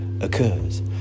occurs